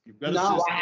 No